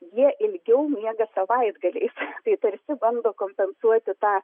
jie ilgiau miega savaitgaliais tai tarsi bando kompensuoti tą